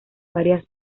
varias